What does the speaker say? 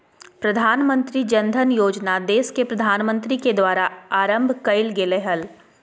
प्रधानमंत्री जन धन योजना देश के प्रधानमंत्री के द्वारा आरंभ कइल गेलय हल